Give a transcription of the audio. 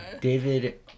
David